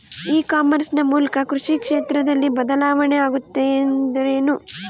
E commerce ನ ಮೂಲಕ ಕೃಷಿ ಕ್ಷೇತ್ರದಲ್ಲಿ ಬದಲಾವಣೆ ಆಗುತ್ತಿದೆ ಎಂದರೆ ಏನು?